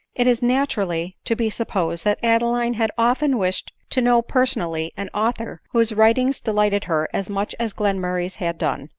it is naturally to be supposed that adeline had often wished to know personally an author whose writings de lighted her as much as glenmurray's had done,